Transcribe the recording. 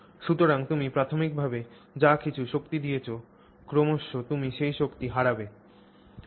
সুতরাং তুমি প্রাথমিকভাবে যা কিছু শক্তি দিয়েছ ক্রমশ তুমি সেই শক্তি হারাচ্ছ